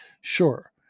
Sure